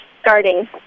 starting